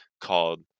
called